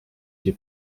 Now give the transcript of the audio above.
się